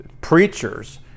preachers